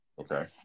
Okay